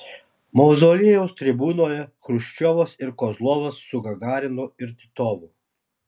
mauzoliejaus tribūnoje chruščiovas ir kozlovas su gagarinu ir titovu